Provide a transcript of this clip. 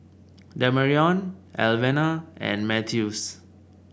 Demarion Alvena and Mathews